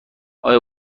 آیا